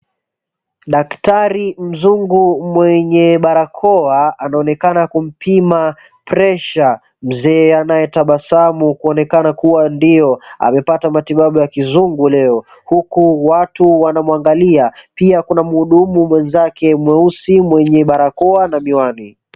Daktari mzungu mwenye barakoa anaonekana kumpima presha mzee anaye tabasamu kuonekana kuwa ndio amepata matibabu ya kizungu leo, huku watu wanamuangalia pia kuna muudumu mwenzake mweusi mwenyewe barakoa na miwani.